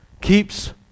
keeps